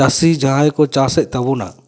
ᱪᱟᱹᱥᱤ ᱡᱟᱦᱟᱸᱭ ᱠᱚ ᱪᱟᱥᱮᱫ ᱛᱟᱵᱚᱱᱟ